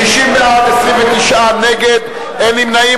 60 בעד, 29 נגד, אין נמנעים.